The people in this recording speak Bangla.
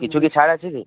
কিছু কি ছাড় আছে কি